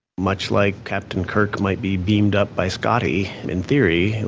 much like capt. and kirk might be beamed up by scotty, in theory,